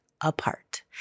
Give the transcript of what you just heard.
apart